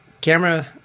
camera